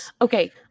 Okay